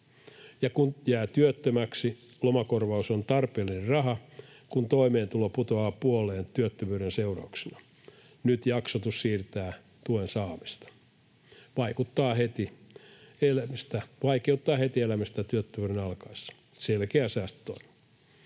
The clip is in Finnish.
kun jää työttömäksi, lomakorvaus on tarpeellinen raha, kun toimeentulo putoaa puoleen työttömyyden seurauksena. Nyt jaksotus siirtää tuen saamista — vaikeuttaa heti elämistä työttömyyden alkaessa. Selkeä säästötoimi.